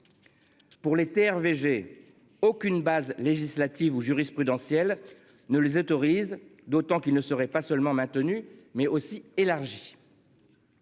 Pour les terres VG aucune base législatives ou jurisprudentielles ne les autorise d'autant qu'il ne serait pas seulement maintenu mais aussi élargi.--